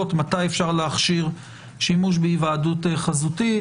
מתי אפשר להכשיר שימוש בהיוועדות חזותית.